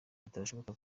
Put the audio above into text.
bitashoboka